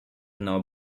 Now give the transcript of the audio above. now